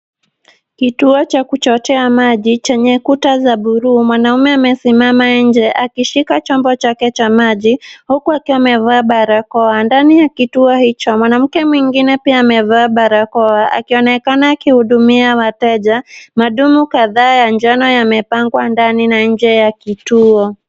Kituo cha kuchotea maji chenye kuta za buluu. Mwanaume amesimama nje akishika chombo chake cha maji huku akiwa amevaa barakoa. Ndani ya kituo hicho, mwanamke mwingine pia amevaa barakoa akionekana akihudumia wateja. Madumu kadhaa ya njano yamepangwa ndani na nje ya kituo.